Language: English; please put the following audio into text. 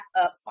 up